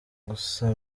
gusa